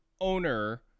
owner